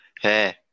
Hey